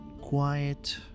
quiet